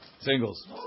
Singles